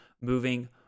Moving